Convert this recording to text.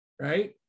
right